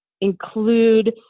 include